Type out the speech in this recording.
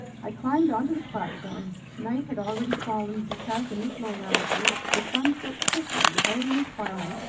i climbed onto the platform. night had already fallen, because in this low latitude the sun sets quickly, without any twilight.